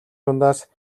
дундаас